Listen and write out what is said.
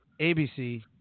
ABC